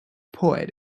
poet